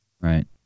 Right